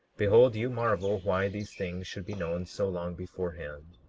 behold, you marvel why these things should be known so long beforehand.